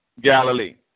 Galilee